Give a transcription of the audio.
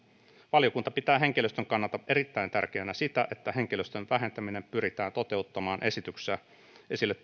valiokunta pitää henkilöstön kannalta erittäin tärkeänä sitä että henkilöstön vähentäminen pyritään toteuttamaan esityksessä esille